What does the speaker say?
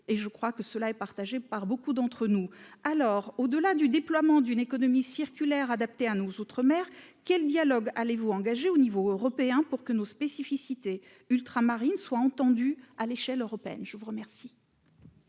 et je crois que cela est partagé par beaucoup d'entre nous alors au-delà du déploiement d'une économie circulaire adapté à nos outre-mer quel dialogue allez vous engagez au niveau européen pour que nos spécificités ultramarines soit entendu à l'échelle européenne, je vous remercie.